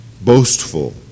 boastful